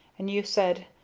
and you said,